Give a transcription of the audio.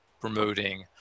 promoting